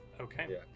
Okay